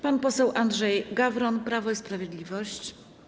Pan poseł Andrzej Gawron, Prawo i Sprawiedliwość.